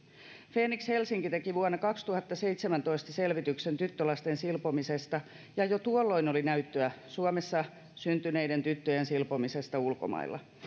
fenix helsinki teki vuonna kaksituhattaseitsemäntoista selvityksen tyttölasten silpomisesta ja jo tuolloin oli näyttöä suomessa syntyneiden tyttöjen silpomisesta ulkomailla